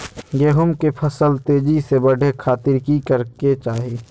गेहूं के फसल तेजी से बढ़े खातिर की करके चाहि?